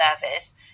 service